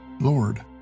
Lord